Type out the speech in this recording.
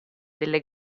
delle